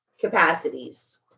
capacities